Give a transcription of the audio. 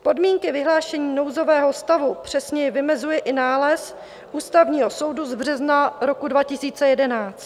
Podmínky vyhlášení nouzového stavu přesně vymezuje i nález Ústavního soudu z března 2011.